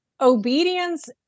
obedience